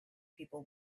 people